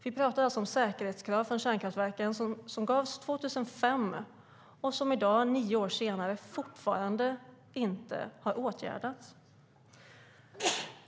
Vi pratar alltså om säkerhetskrav för kärnkraftsverk som kom 2005 och som i dag, nio år senare, fortfarande inte är uppfyllda.